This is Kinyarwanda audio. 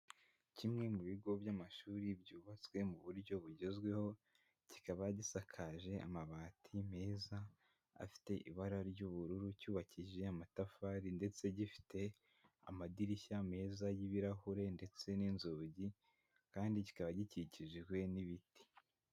Kimwe mu bigo by'amashuri byubatswe mu buryo bugezweho, kikaba gisakaje amabati meza afite ibara ry'ubururu, cyubakishije amatafari ndetse gifite amadirishya meza y'ibirahure ndetse n'inzugi kandi kikaba gikikijwe n'ibiti.